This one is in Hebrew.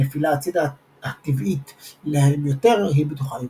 הנפילה הצידה הטבעית להם יותר, היא בטוחה יותר.